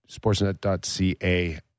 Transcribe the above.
sportsnet.ca